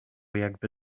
jakby